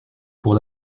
pour